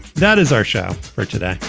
that is our show for today.